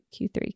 Q3